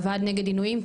הוועד נגד עינויים,